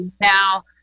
now